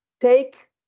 take